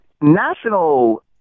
National